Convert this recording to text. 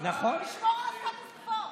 לשמור על הסטטוס קוו.